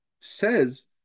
says